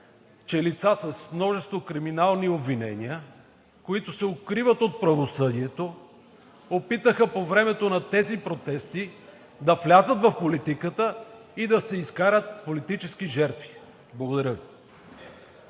че лица с множество криминални обвинения, които се укриват от правосъдието, опитаха по времето на тези протести да влязат в политиката и да се изкарат политически жертви. Благодаря Ви.